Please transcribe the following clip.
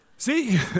See